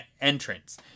entrance